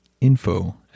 Info